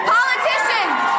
Politicians